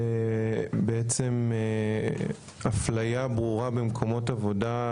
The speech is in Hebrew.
בעצם אפליה ברורה במקומות עבודה,